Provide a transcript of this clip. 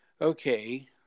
okay